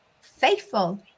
Faithful